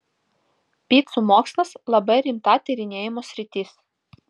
picų mokslas labai rimta tyrinėjimo sritis